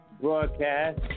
Broadcast